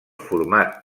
format